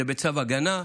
זה בצו הגנה.